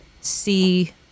see